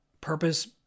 Purpose